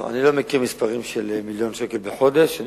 לא, אני לא מכיר מספרים של מיליון שקל בחודש.